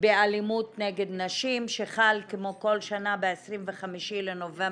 באלימות נגד נשים שחל כמו כל שנה ב-25 בנובמבר.